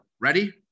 ready